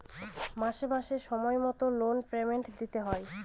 মাসে মাসে সময় মতো লোন পেমেন্ট দিতে হয়